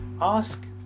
ask